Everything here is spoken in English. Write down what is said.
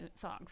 songs